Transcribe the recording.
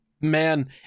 man